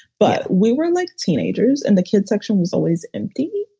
but we were like teenagers and the kids section was always empty.